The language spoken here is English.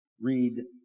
read